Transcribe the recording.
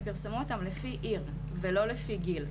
הם פרסמו אותם לפי עיר ולא לפי גיל,